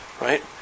right